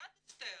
מלכת אסתר,